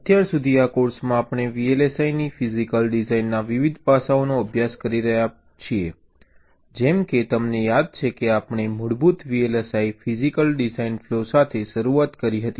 અત્યાર સુધી આ કોર્સમાં આપણે VLSI ની ફિઝિકલ ડિઝાઇનના વિવિધ પાસાઓનો અભ્યાસ કરી રહ્યાં છીએ જેમ કે તમને યાદ છે કે આપણે મૂળભૂત VLSI ફિઝિકલ ડિઝાઇન ફ્લો સાથે શરૂઆત કરી હતી